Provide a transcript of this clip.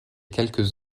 quelques